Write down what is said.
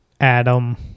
Adam